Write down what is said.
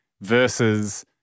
versus